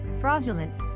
fraudulent